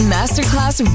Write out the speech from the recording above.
Masterclass